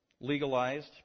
legalized